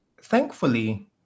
thankfully